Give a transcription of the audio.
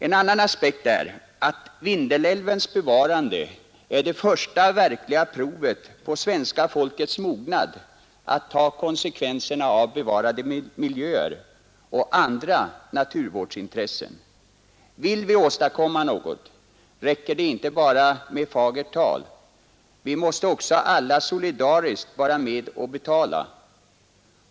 En annan aspekt är att Vindelälvens bevarande är det första verkliga provet på svenska folkets mognad att ta konsekvenserna av bevarade miljöer och andra naturvårdsintressen. Vill vi åstadkomma något, räcker det inte bara med fagert tal. Vi måste också alla solidariskt vara med och betala.